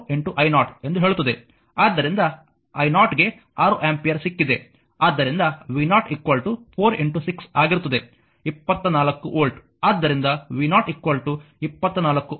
ಆದ್ದರಿಂದ i0 ಗೆ 6 ampere ಸಿಕ್ಕಿದೆ ಆದ್ದರಿಂದ v0 46 ಆಗಿರುತ್ತದೆ 24 ವೋಲ್ಟ್ ಆದ್ದರಿಂದ v0 24 ವೋಲ್ಟ್